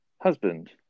husband